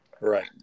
right